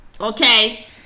okay